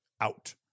out